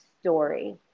story